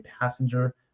passenger